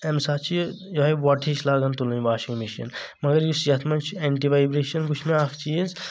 تٔمہِ ساتہٕ چھ یہِ یِہے وۄٹھ ہِش لاگان تُلٕنۍ واشِنگ مِشیٖن مگر یُس یَتھ منٛز چھُ اینٹی ویبریشن وچھ مےٚ اکھ چیٖز